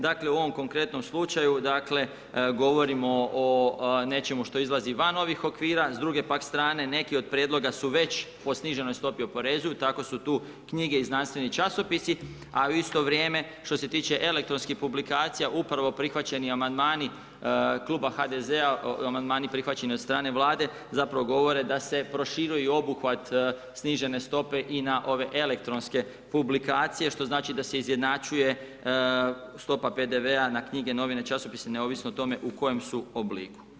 Dakle u ovom konkretnom slučaju govorimo o nečemu što izlazi van ovih okvira, s druge pak strane neki od prijedloga se već po sniženoj stopi oporezuju, tako su tu knjige i znanstveni časopisi a u isto vrijeme što se tiče elektronskih publikacija, upravo prihvaćeni amandmani kluba HDZ-a, amandmani prihvaćeni od strane Vlade, zapravo govore da se proširuje obuhvat snižene stope i na ove elektronske publikacije što znači da se izjednačuje stopa PDV-a na knjige, novine, časopise, neovisno o tome u kojem su obliku.